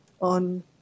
on